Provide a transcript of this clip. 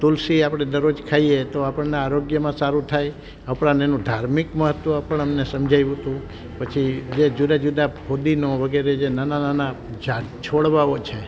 તુલસી આપણે દરોજ ખાઈએ તો આપણને આરોગ્યમાં સારું થાય આપણને એનું ધાર્મિક મહત્વ પણ અમને સમજાવ્યું હતું પછી જે જુદા જુદા ફુદીનો વગેરે જે નાના નાના છોડવાઓ છે